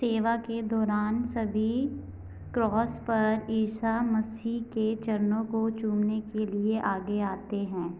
सेवा के दौरान सभी क्रॉस पर ईसा मसीह के चरणों को चूमने के लिए आगे आते हैं